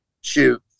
Shoot